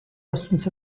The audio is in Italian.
assunse